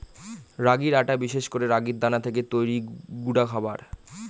রাগির আটা বিশেষ করে রাগির দানা থেকে তৈরি গুঁডা খাবার